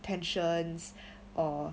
tensions or